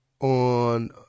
on